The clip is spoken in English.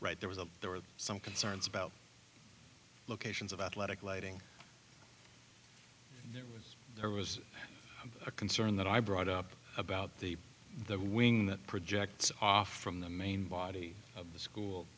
right there was a there were some concerns about locations of athletic lighting there was there was a concern that i brought up about the the wing that projects off from the main body of the school